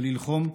וללחום,